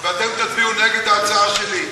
ואתם תצביעו נגד ההצעה שלי.